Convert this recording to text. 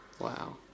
Wow